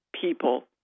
people